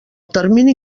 termini